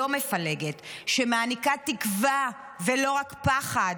לא מפלגת, שמעניקה תקווה ולא רק פחד.